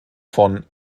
von